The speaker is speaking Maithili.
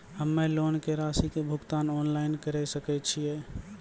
हम्मे लोन के रासि के भुगतान ऑनलाइन करे सकय छियै?